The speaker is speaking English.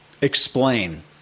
explain